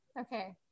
okay